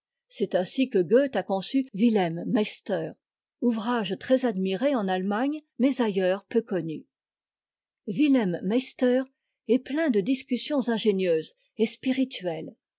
c'est ainsi que goethe a conçu t em meister ouvrage très admiré en allemagne mais ailleurs peu connu t em meister est plein de discussions ingénieuses et spirituelles